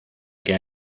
que